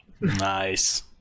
Nice